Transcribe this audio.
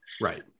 Right